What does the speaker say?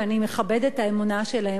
ואני מכבדת את האמונה שלהם.